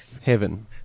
heaven